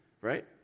right